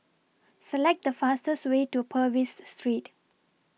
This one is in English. Select The fastest Way to Purvis Street